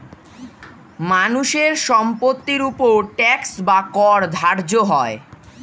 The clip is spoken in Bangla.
মানুষের সম্পত্তির উপর ট্যাক্স বা কর ধার্য হয়